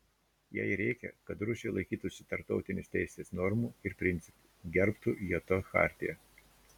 jai reikia kad rusija laikytųsi tarptautinės teisės normų ir principų gerbtų jt chartiją